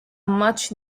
much